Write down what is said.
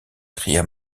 cria